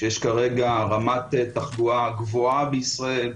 שיש כרגע רמת תחלואה גבוהה בישראל,